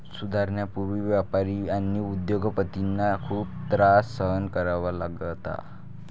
सुधारणांपूर्वी व्यापारी आणि उद्योग पतींना खूप त्रास सहन करावा लागला